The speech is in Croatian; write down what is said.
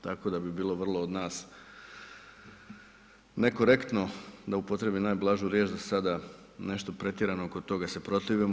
Tako da bi bilo vrlo od nas nekorektno da upotrijebim najblažu riječ da sada nešto pretjerano oko toga se protivimo.